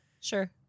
Sure